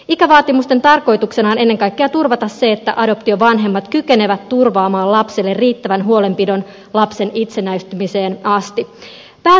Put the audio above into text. ikävaatimusten tarkoituksena on ennen kaikkea turvata se että adoptiovanhemmat kykenevät turvaamaan lapselleen riittävän huolenpidon lapsen itsenäistymiseen asti